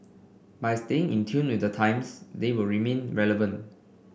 by staying in tune with the times they will remain relevant